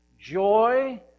joy